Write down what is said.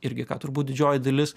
irgi ką turbūt didžioji dalis